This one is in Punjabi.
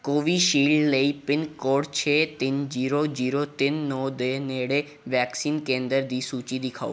ਕੋਵਿਸ਼ਿਲਡ ਲਈ ਪਿੰਨਕੋਡ ਛੇ ਤਿੰਨ ਜ਼ੀਰੋ ਜ਼ੀਰੋ ਤਿੰਨ ਨੌ ਦੇ ਨੇੜੇ ਵੈਕਸੀਨ ਕੇਂਦਰ ਦੀ ਸੂਚੀ ਦਿਖਾਓ